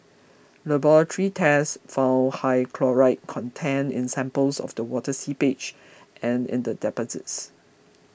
laboratory tests found high chloride content in samples of the water seepage and in the deposits